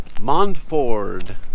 Montford